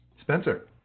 Spencer